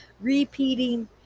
Repeating